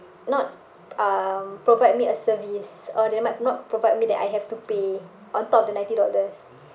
not um provide me a service or they might not provide me that I have to pay on top of the ninety dollars